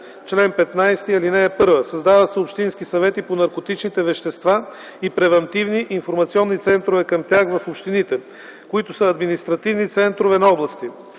„Чл. 15. (1) Създават се общински съвети по наркотичните вещества и превантивни информационни центрове към тях в общините, които са административни центрове на области.